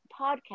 podcast